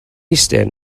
eistedd